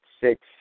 six